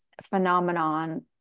phenomenon